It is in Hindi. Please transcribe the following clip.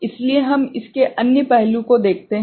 इसलिए हम इसके अन्य पहलू को देखते हैं